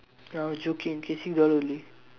no I was joking sixteen dollar only